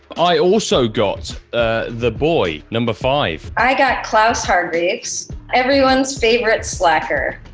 i also got the boy, number five. i got klaus hargreaves, everyone's favorite slacker.